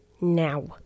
now